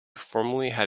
had